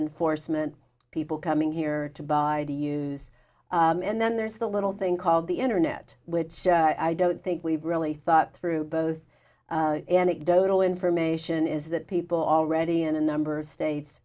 enforcement people coming here to buy to use and then there's the little thing called the internet which i don't think we've really thought through both anecdotal information is that well already a number of states